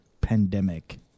pandemic